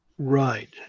Right